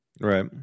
Right